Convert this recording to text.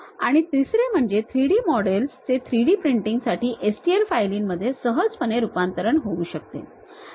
आणि तिसरे म्हणजे 3D मॉडेल्सचे 3D प्रिंटिंगसाठी STL फायलींमध्ये सहजपणे रूपांतरण होऊ शकते